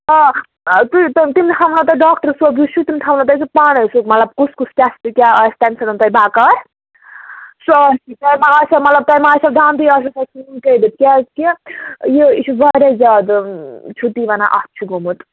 آ تُہۍ تَمہِ ہاٹُک ڈاکٹر صٲب یُس چھُ تِم تھاوان تۅہہِ سُہ پانٕے سُہ مطلب کُس کُس ٹیسٹہٕ کیٛاہ آسہِ تَمہِ سۭتۍ تۄہہِ بکار سُہ آسہِ تۄہہِ ما آسٮ۪و مطلب تۄہہِ ما آسٮ۪و دنٛدٕ ژھنُن کٔڈِتھ کیٛازِکہِ یہِ یہِ چھُ واریاہ زیادٕ چھُو تُہۍ وَنان اَتھ چھُ گوٚمُت